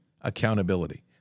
Accountability